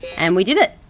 and we did it!